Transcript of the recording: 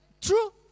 True